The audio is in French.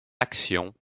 action